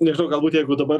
nežinau galbūt jeigu dabar